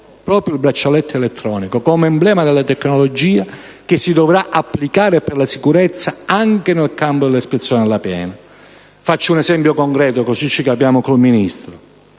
proprio il braccialetto elettronico, come emblema della tecnologia che si dovrà applicare per la sicurezza anche nel campo dell'espiazione della pena. Faccio un esempio concreto, così da capirci con il signor